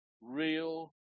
real